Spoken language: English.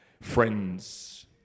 Friends